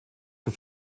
für